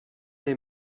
les